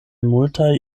multaj